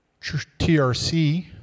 TRC